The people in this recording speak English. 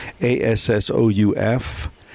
A-S-S-O-U-F